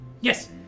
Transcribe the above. Yes